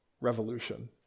revolution